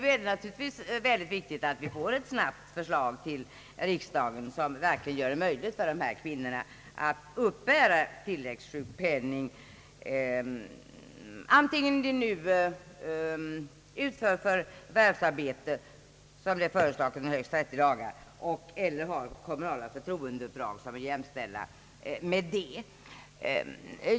Nu är det naturligtvis väldigt viktigt att frågan snabbt kommer upp i riksdagen så att det blir möjligt för dessa kvinnor att uppbära tilläggssjukpenning, antingen de utför förvärvsarbete i, som det är föreslaget, 30 dagar eller har kommunala förtroendeuppdrag som är att jämställa därmed.